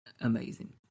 amazing